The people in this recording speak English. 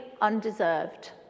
undeserved